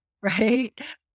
right